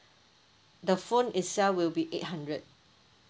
the phone itself will be eight hundred